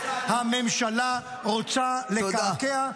הממשלה רוצה לקעקע,